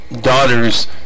daughters